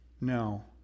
No